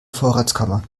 vorratskammer